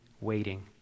waiting